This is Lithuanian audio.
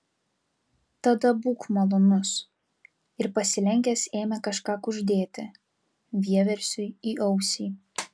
tada būk malonus ir pasilenkęs ėmė kažką kuždėti vieversiui į ausį